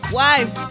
wives